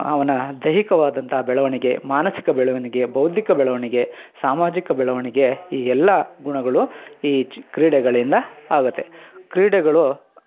ಅವನ ದೈಹಿಕವಾದಂಥ ಬೆಳವಣಿಗೆ ಮಾನಸಿಕ ಬೆಳವಣಿಗೆ ಬೌದ್ದಿಕ ಬೆಳವಣಿಗೆ ಸಾಮಾಜಿಕ ಬೆಳವಣಿಗೆ ಈ ಎಲ್ಲ ಗುಣಗಳು ಈ ಚಿ ಕ್ರೀಡೆಗಳಿಂದ ಆಗುತ್ತೆ ಕ್ರೀಡೆಗಳು